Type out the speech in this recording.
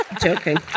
joking